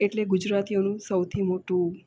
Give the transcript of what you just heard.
એટલે ગુજરતીઓનું સૌથી મોટું